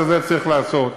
צריך לעשות.